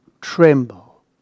tremble